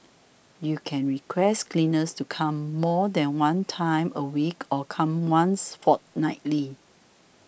you can request cleaners to come more than one time a week or come once fortnightly